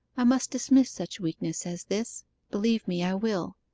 i must dismiss such weakness as this believe me, i will.